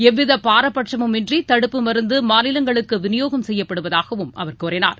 எவ்விதபாரபட்சமுமின்றிதடுப்பு மருந்துமாநிலங்களுக்குவிநியோகம் செய்யப்படுவதாகவும் அவர் கூறினார்